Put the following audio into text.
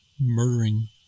murdering